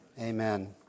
Amen